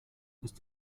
ist